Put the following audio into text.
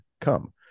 Come